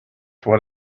what